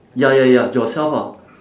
ya ya ya yourself ah